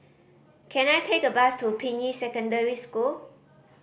can I take a bus to Ping Yi Secondary School